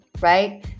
Right